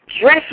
dress